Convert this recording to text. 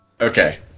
okay